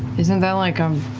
isn't that like a